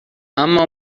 اما